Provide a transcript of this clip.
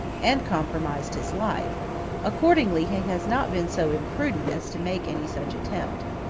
and compromised his life accordingly he has not been so imprudent as to make any such attempt.